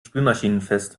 spülmaschinenfest